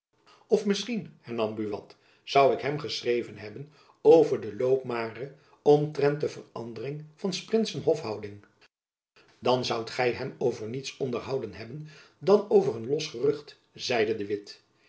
of misschien hernam buat zoû ik hem geschreven hebben over de loopmare omtrent de verandering van s prinsen hofhouding dan zoudt gy hem over niets onderhouden hebben dan over een los gerucht zeide de witt